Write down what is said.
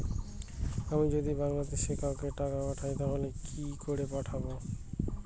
আমি যদি বাংলাদেশে কাউকে টাকা পাঠাই তাহলে কি করে পাঠাবো?